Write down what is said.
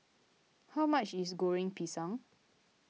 how much is Goreng Pisang